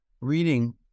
reading